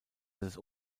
des